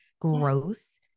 gross